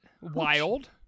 wild